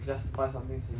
we just find something sim~